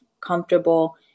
comfortable